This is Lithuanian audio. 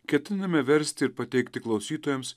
ketiname versti ir pateikti klausytojams